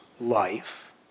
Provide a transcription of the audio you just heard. life